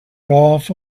golf